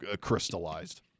crystallized